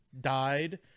died